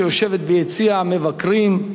שיושבת ביציע המבקרים,